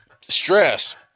stress